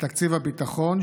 לתקציב הביטחון,